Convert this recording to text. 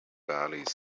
barely